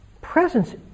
presence